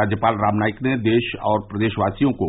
राज्यपाल राम नाईक ने देश और प्रदेशवासियों को